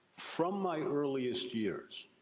from my earliest years,